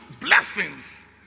blessings